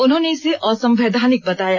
उन्होंने इसे असंवैधानिक बताया